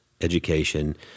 education